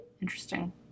Interesting